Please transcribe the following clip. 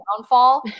downfall